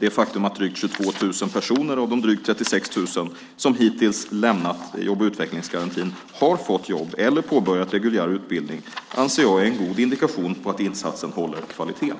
Det faktum att drygt 22 000 personer av de drygt 36 000 som hittills lämnat jobb och utvecklingsgarantin har fått jobb eller påbörjat reguljär utbildning anser jag är en god indikation på att insatsen håller kvalitet.